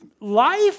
life